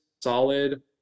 solid